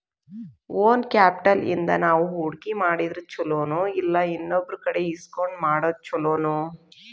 Own capital ಇಂದಾ ನಾವು ಹೂಡ್ಕಿ ಮಾಡಿದ್ರ ಛಲೊನೊಇಲ್ಲಾ ಇನ್ನೊಬ್ರಕಡೆ ಇಸ್ಕೊಂಡ್ ಮಾಡೊದ್ ಛೊಲೊನೊ?